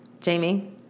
Jamie